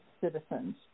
citizens